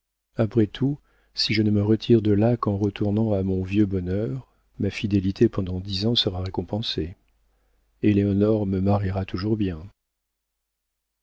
après tout si je ne me retire de là qu'en retournant à mon vieux bonheur ma fidélité pendant dix ans sera récompensée éléonore me mariera toujours bien